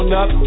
up